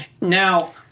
Now